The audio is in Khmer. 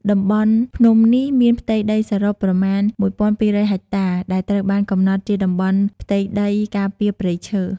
តំបន់ភ្នំនេះមានផ្ទៃដីសរុបប្រមាណ ១,២០០ ហិកតា ដែលត្រូវបានកំណត់ជាតំបន់ផ្ទៃដីការពារព្រៃឈើ។